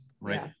right